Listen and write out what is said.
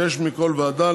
שישה מכל ועדה,